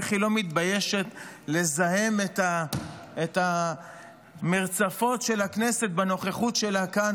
איך היא לא מתביישת לזהם את המרצפות של הכנסת בנוכחות שלה כאן?